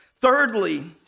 Thirdly